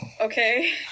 Okay